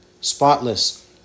spotless